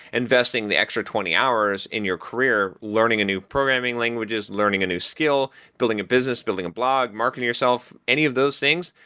investing the extra twenty hours in your career learning a new programming languages, learning a new skill, building a business, building a blog, marketing yourself, any of those things,